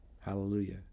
Hallelujah